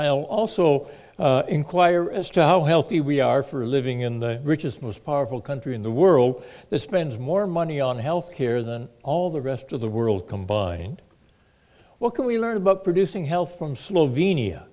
i'll also inquire as to how healthy we are for living in the richest most powerful country in the world that spends more money on health care than all the rest of the world combined well can we learn about producing health from slovenia